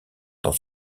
dans